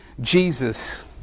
Jesus